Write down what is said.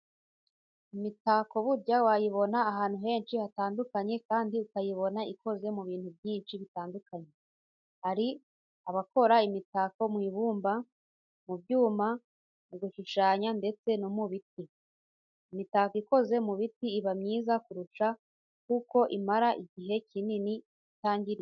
Imitako burya wayibona ahantu henshi hatandukanye kandi ukayibona ikoze mu bintu byinshi bitandukanye. Hari abakora imitako mu ibumba, mu byuma, mu gushushanya, ndetse no mu biti. Imitako ikoze mu biti iba myiza kurusha kuko imara igihe kinini itangiritse.